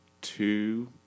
two